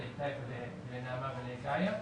לנעמה ולאיתי.